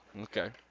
Okay